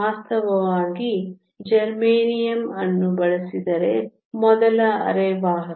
ವಾಸ್ತವವಾಗಿ ಜರ್ಮೇನಿಯಂ ಅನ್ನು ಬಳಸಿದ ಮೊದಲ ಅರೆವಾಹಕ